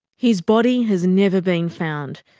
his body has never been found.